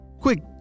Quick